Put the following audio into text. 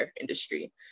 industry